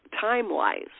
time-wise